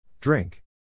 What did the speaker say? Drink